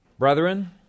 Brethren